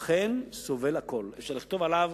אכן סובל הכול, אפשר לכתוב עליו